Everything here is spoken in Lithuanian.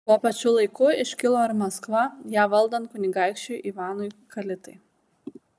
tuo pačiu laiku iškilo ir maskva ją valdant kunigaikščiui ivanui kalitai